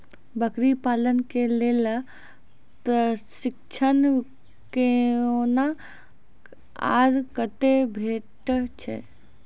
बकरी पालन के लेल प्रशिक्षण कूना आर कते भेटैत छै?